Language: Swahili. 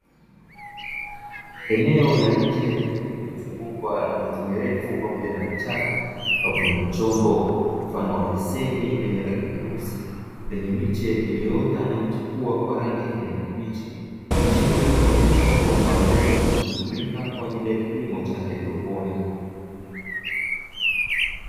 Eneo la nje lililozungukwa na miti mirefu pamoja na vichaka pamoja na chombo mfano wa beseni lenye rangi nyeusi, lenye miche iliyoota na kuchipua kwa rangi ya kijani kibichi; ikiashiria kuwa ni chombo maalumu kinachotumika kwa ajili ya kilimo cha haidroponi.